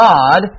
God